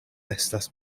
estas